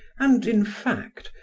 and, in fact,